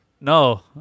No